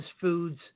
foods